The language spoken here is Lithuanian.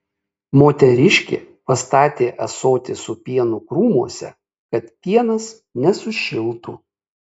moteriškė pastatė ąsotį su pienu krūmuose kad pienas nesušiltų